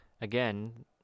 Again